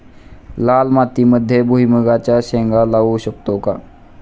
लाल मातीमध्ये भुईमुगाच्या शेंगा लावू शकतो का?